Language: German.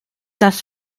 das